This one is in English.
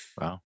Wow